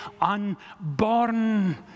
unborn